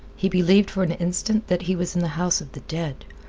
he believed for an instant that he was in the house of the dead,